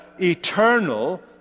eternal